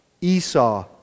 Esau